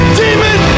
demon